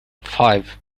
five